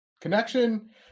connection